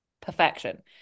perfection